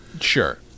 sure